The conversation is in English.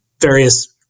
various